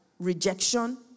rejection